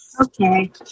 Okay